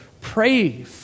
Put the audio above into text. Pray